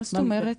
מה זאת אומרת?